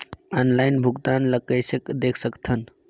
Online भुगतान ल कइसे देख सकथन?